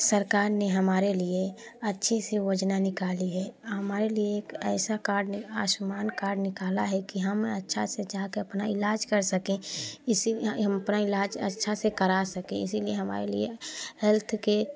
सरकार ने हमारे लिए अच्छी सी योजना निकाली है हमारे लिए एक ऐसा कार्ड ने आयुष्मान कार्ड निकाला है कि हम अच्छा से जाकर अपना इलाज कर सकें किसी भी अपना इलाज अच्छा से करा सकें इसीलिए हमारे लिए हेल्थ के